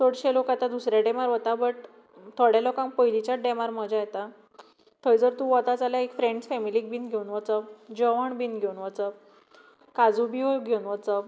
चडशे लोक आतां दुसऱ्या डॅमार वता बट थोड्या लोकांक पयलींच्याच डॅमार मजा येता थंय जर तूं वता जाल्यार एक फ्रँड्स फॅमिलीक बीन घेवन वचप जेवण बीन घेवन वचप काजू बियो घेवन वचप